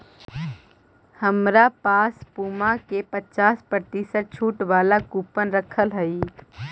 हमरा पास पुमा का पचास प्रतिशत छूट वाला कूपन रखल हई